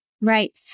Right